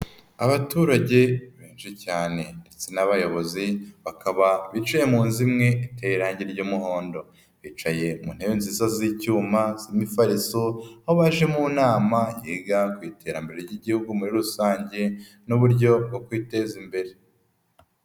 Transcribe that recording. Abaturage benshi cyane ndetse n'abayobozi bakaba bivaye mu nzu imwe iteye irangi ry'umuhondo, bicaye mu ntebe nziza z'icyuma n'imifariso aho baje mu nama yiga ku iterambere ry'Igihugu muri rusange n'uburyo bwo kwiteza imbere.